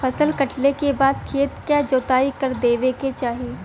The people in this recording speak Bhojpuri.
फसल कटले के बाद खेत क जोताई कर देवे के चाही